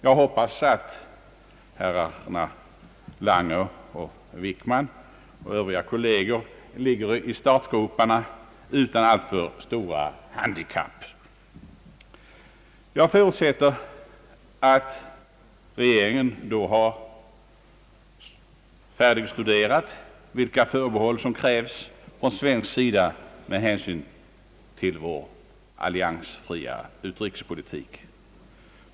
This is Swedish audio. Jag hoppas att herrarna Lange och Wickman och övriga kolleger ligger i startgroparna utan alltför stora handikapp. Jag förutsätter att regeringen då har färdigstuderat vilka förbehåll som krävs från svensk sida med hänsyn till vår alliansfria utrikespolitik.